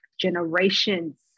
generations